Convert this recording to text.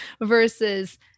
versus